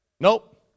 Nope